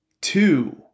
two